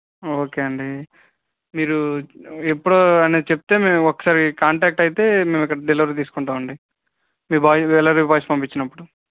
okay అండి మీరు ఎప్పుడు అనేది చెప్తే మేము ఒకసారి కాంటాక్ట్ అయితే మేము ఇక్కడ డెలివరీ తీసుకుంటాం అండి మీ బాయ్ డెలివరీ బాయ్స్ పంపించినప్పుడు